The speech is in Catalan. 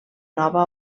nova